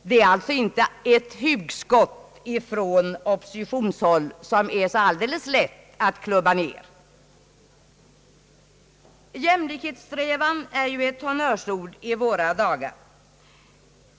Det är alltså inte ett hugskott från oppositionshåll som är så alldeles lätt att klubba ner. Jämlikhetssträvan är ju ett honnörsord i våra dagar.